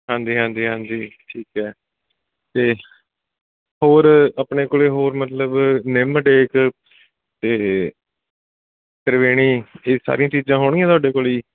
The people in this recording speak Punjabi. ਹਾਂਜੀ ਹਾਂਜੀ ਹਾਂਜੀ ਠੀਕ ਹੈ ਅਤੇ ਹੋਰ ਆਪਣੇ ਕੋਲ ਹੋਰ ਮਤਲਬ ਨਿੰਮ ਡੇਕ ਅਤੇ ਤ੍ਰਿਵੇਣੀ ਇਹ ਸਾਰੀਆਂ ਚੀਜ਼ਾਂ ਹੋਣਗੀਆਂ ਤੁਹਾਡੇ ਕੋਲ ਜੀ